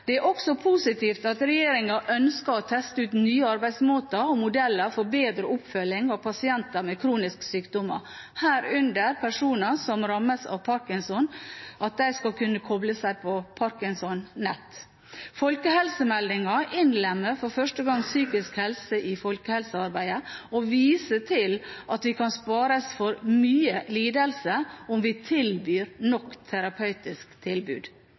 Det er også positivt at regjeringen ønsker å teste ut nye arbeidsmåter og modeller for bedre oppfølging av pasienter med kroniske sykdommer, herunder at personer som rammes av Parkinsons sykdom, skal kunne koble seg på ParkinsonNet. Folkehelsemeldingen innlemmer for første gang psykisk helse i folkehelsearbeidet og viser til at: «Vi kan spares for mye lidelse om vi tilbyr nok terapeutiske tilbud.»